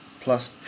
plus